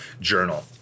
Journal